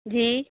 جی